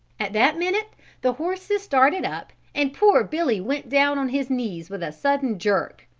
at that minute the horses started up and poor billy went down on his knees with a sudden jerk.